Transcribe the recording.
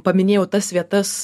paminėjau tas vietas